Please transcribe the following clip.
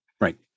right